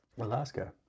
Alaska